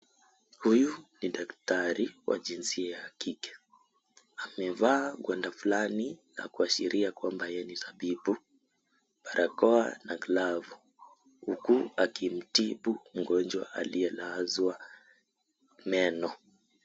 Huyu ni daktari wa jinsia ya kike, amevaa gwanda fulani la kuashiria kwamba yeye ni tabibu, barakoa, na glavu huku akimtibu mgonjwa aliyelazwa meno.